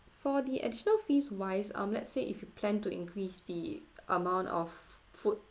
for the additional fees wise um let say if you plan to increase the amount of food